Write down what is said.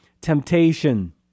temptation